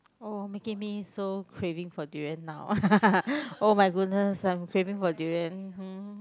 oh making me so craving for durian now [oh]-my-goodness I'm craving for durian